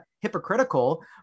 hypocritical